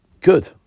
Good